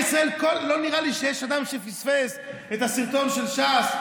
לא נראה לי שיש אדם שפספס את הסרטון של ש"ס,